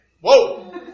Whoa